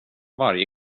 varje